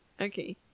Okay